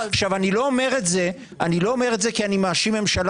אני לא אומר את זה כי אני מאשים ממשלה